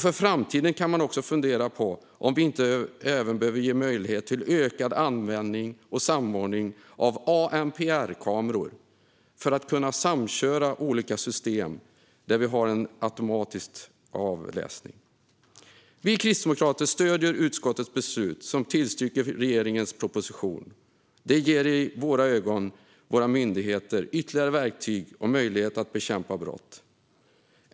För framtiden kan man fundera på om vi inte även behöver ge möjlighet till ökad användning och samordning av ANPR-kameror för att kunna samköra olika system där vi har en automatisk avläsning. Vi kristdemokrater stöder utskottets beslut, som tillstyrker regeringens proposition. Det ger i våra ögon myndigheterna ytterligare verktyg och möjligheter att bekämpa brott.